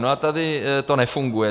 A tady to nefunguje.